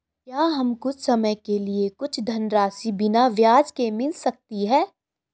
क्या हमें कुछ समय के लिए कुछ धनराशि बिना ब्याज के मिल सकती है?